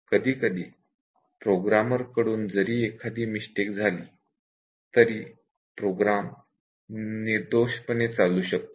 कधीकधी प्रोग्रामर कडून जरी एखादी मिस्टेक झाली तरी प्रोग्राम निर्दोष चालू शकतो